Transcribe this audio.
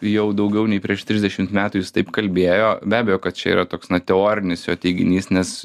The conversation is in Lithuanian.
jau daugiau nei prieš trisdešimt metų jis taip kalbėjo be abejo kad čia yra toks na teorinis jo teiginys nes